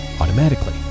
automatically